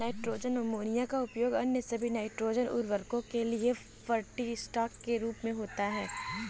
nitrogen ammonia का उपयोग अन्य सभी नाइट्रोजन उवर्रको के लिए फीडस्टॉक के रूप में होता है